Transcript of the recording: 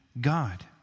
God